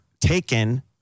taken